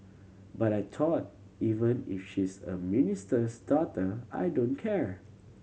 but I thought even if she's a minister's daughter I don't care